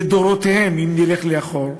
לדורותיהם, אם נלך לאחור,